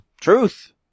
Truth